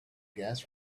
gas